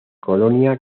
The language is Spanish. colonia